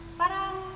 parang